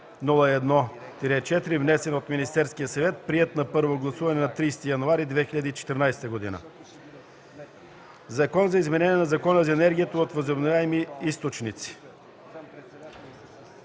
„Закон за изменение на Закона за енергията от възобновяеми източници